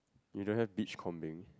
you don't have beachcombing